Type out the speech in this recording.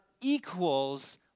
equals